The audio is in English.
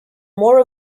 more